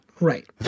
right